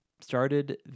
started